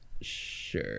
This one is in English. sure